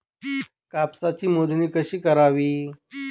कापसाची मोजणी कशी करावी?